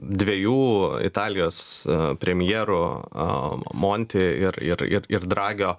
dvejų italijos premjerų monti ir ir ir dragio